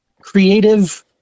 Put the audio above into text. Creative